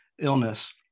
illness